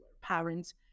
parents